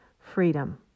Freedom